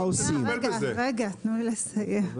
מה